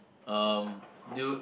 um do you